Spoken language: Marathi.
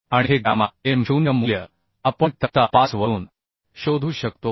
आणि हे गॅमा m0 मूल्य आपण तक्ता 5 वरून शोधू शकतो